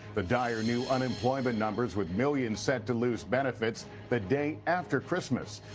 the dire new unemployment numbers with millions set to lose benefits the day after christmas.